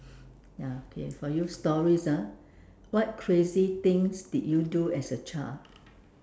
ya okay for you stories ah what crazy things did you do as a child